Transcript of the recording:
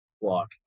Block